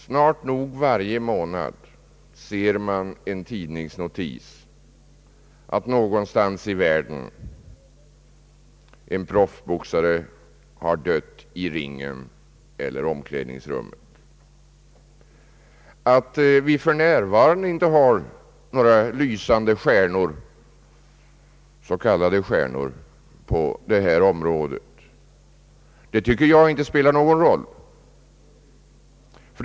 Snart nog varje månad ser man en tidningsnotis att en proffsboxare någonstans i världen har dött i ringen eller i omklädningsrummet. Att vi för närvarande inte har några lysande s.k. stjärnor på detta område spelar inte någon roll enligt min mening.